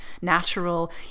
natural